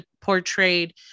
portrayed